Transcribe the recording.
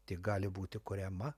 tik gali būti kuriama